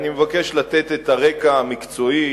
אני מבקש לתת את הרקע המקצועי